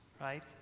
right